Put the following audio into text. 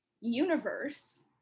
universe